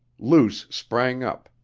luce sprang up,